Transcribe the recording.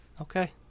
Okay